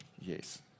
Yes